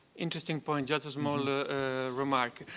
interesting point, just a small remark.